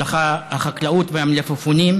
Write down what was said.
לך החקלאות והמלפפונים,